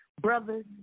brothers